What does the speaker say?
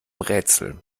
rätsel